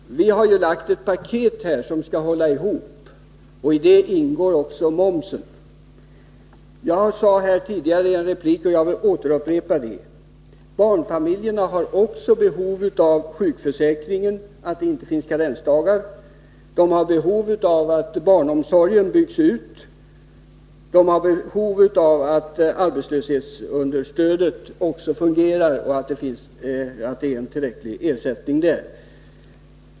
Vi har ju lagt fram förslag om ett paket som skall hålla ihop, och i det ingår också momsen. Jag sade tidigare i en replik — och jag vill upprepa det: Barnfamiljerna har också behov av att det inte finns karensdagar i sjukförsäkringen. De har behov av att barnomsorgen byggs ut, och de har behov av att arbetslöshetsunderstödet fungerar och ger en tillräcklig ersättning.